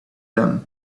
them